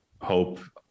hope